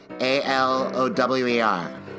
A-L-O-W-E-R